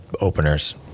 openers